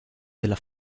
della